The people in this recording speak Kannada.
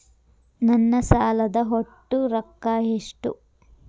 ನನ್ನ ಸಾಲದ ಒಟ್ಟ ರೊಕ್ಕ ಎಷ್ಟು?